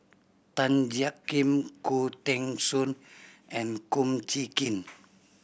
Tan Jiak Kim Khoo Teng Soon and Kum Chee Kin